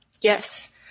Yes